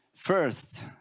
First